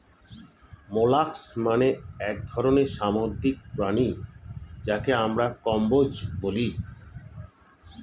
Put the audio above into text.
molluscs মানে এক ধরনের সামুদ্রিক প্রাণী যাকে আমরা কম্বোজ বলি